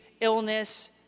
illness